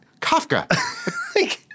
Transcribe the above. Kafka